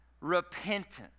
Repentant